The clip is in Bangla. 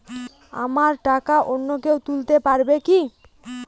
আমার টাকা অন্য কেউ তুলতে পারবে কি?